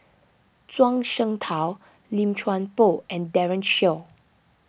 Zhuang Shengtao Lim Chuan Poh and Daren Shiau